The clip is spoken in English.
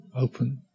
open